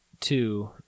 two